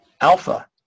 Alpha